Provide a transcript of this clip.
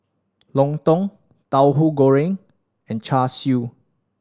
lontong Tauhu Goreng and Char Siu